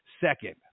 second